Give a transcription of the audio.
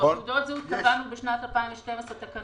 לגבי תעודות זהות קבענו בשנת 2012 תקנות